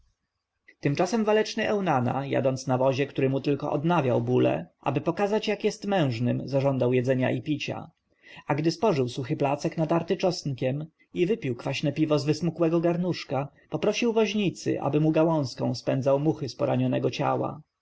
tymczasem waleczny eunana jadąc na wozie który mu tylko odnawiał bóle aby pokazać jak jest mężnym zażądał jedzenia i picia a gdy spożył suchy placek natarty czosnkiem i wypił kwaśne piwo z wysmukłego garnuszka poprosił woźnicy aby mu gałązką spędzał muchy z poranionego ciała